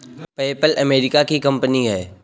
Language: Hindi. पैपल अमेरिका की कंपनी है